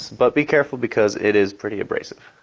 but be careful because it is pretty abrasive.